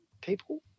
people